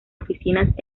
oficinas